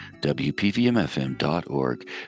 WPVMFM.org